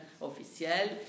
officiel